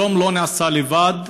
שלום לא נעשה לבד,